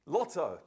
Lotto